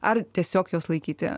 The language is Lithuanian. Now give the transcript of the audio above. ar tiesiog juos laikyti